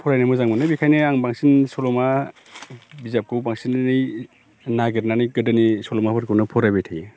फरायनो मोजां मोनो बेखायनो आं बांसिन सल'मा बिजाबखौ बांसिनै नागिरनानै गोदोनि सल'फोरखौनो फरायबाय थायो